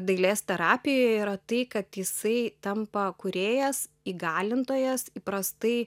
dailės terapija yra tai kad jisai tampa kūrėjas įgalintojas įprastai